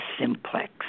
simplex